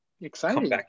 exciting